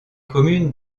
communes